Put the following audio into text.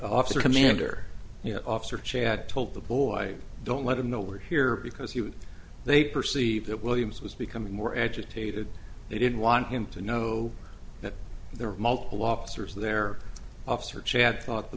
officer commander officer chad told the boy don't let him know we're here because he would they perceive that williams was becoming more agitated they didn't want him to know that there were multiple officers there officer chad thought the